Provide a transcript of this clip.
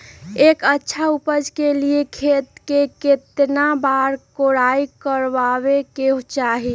एक अच्छा उपज के लिए खेत के केतना बार कओराई करबआबे के चाहि?